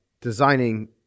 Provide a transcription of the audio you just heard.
designing